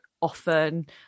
often